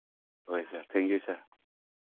ꯍꯣꯏ sir thank you sir